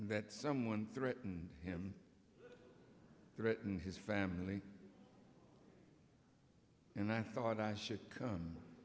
that someone threatened him threaten his family and i thought i should come